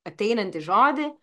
ateinanti žodį